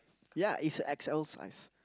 ya it's a x_l size